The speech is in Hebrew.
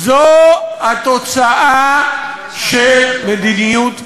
זו התוצאה של מדיניות נתניהו.